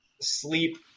sleep